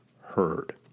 heard